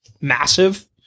massive